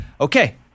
okay